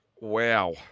Wow